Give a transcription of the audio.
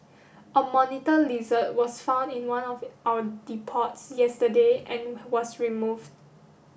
a monitor lizard was found in one of our depots yesterday and was removed